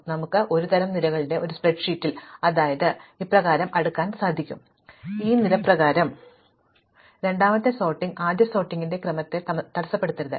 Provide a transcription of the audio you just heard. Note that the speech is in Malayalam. അതിനാൽ നമുക്ക് ഒരു തരം നിരകളുള്ള ഒരു സ്പ്രെഡ്ഷീറ്റിൽ അതിനാൽ ഞങ്ങൾ ഈ നിര പ്രകാരം അടുക്കുന്നുവെന്ന് കരുതുക തുടർന്ന് ഞങ്ങൾ ഈ നിര പ്രകാരം അടുക്കുന്നു രണ്ടാമത്തെ സോർട്ടിംഗ് ആദ്യ സോർട്ടിംഗിന്റെ ക്രമത്തെ തടസ്സപ്പെടുത്തരുത്